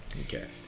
Okay